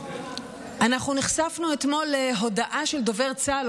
אנחנו נחשפנו אתמול להודעה של דובר צה"ל,